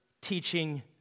teaching